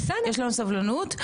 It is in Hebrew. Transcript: יש לנו סבלנות.